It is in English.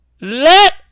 Let